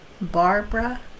barbara